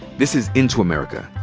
this is into america.